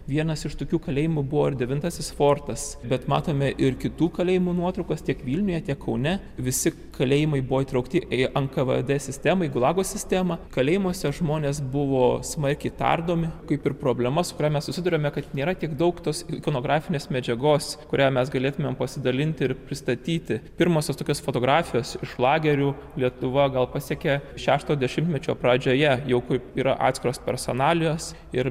vienas iš tokių kalėjimų buvo ir devintasis fortas bet matome ir kitų kalėjimų nuotraukos tiek vilniuje tiek kaune visi kalėjimai buvo įtraukti į nkvd sistemą gulago sistemą kalėjimuose žmonės buvo smarkiai tardomi kaip ir problema su kuria mes susiduriame kad nėra tiek daug tos infonografinės medžiagos kurią mes galėtumėm pasidalinti ir pristatyti pirmosios tokios fotografijos iš lagerių lietuva gal pasekė šešto dešimtmečio pradžioje jau kaip yra atskiros personalijos ir